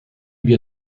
wir